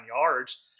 yards